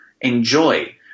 enjoy